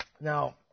Now